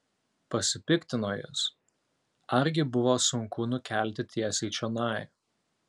pasipiktino jis argi buvo sunku nukelti tiesiai čionai